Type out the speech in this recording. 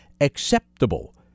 acceptable